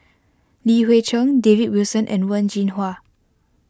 Li Hui Cheng David Wilson and Wen Jinhua